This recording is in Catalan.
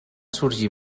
sorgir